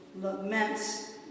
laments